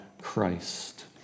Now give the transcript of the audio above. Christ